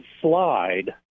slide